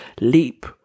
leap